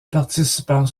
participants